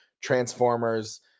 transformers